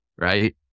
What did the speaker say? right